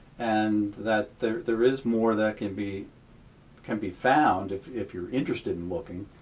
and that there there is more that can be can be found if if you're interested in looking.